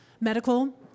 medical